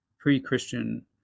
pre-Christian